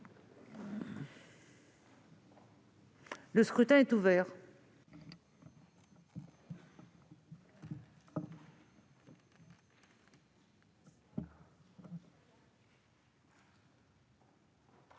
Le scrutin est ouvert.